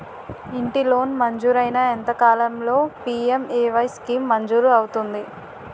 ఇంటి లోన్ మంజూరైన ఎంత కాలంలో పి.ఎం.ఎ.వై స్కీమ్ మంజూరు అవుతుంది?